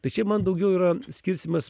tai čia man daugiau yra skirstymas